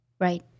Right